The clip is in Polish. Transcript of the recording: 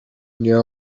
nie